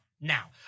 Now